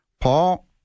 Paul